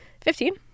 Fifteen